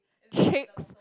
chicks